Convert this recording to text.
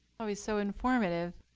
always so informative.